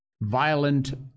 violent